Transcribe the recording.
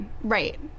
Right